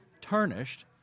tarnished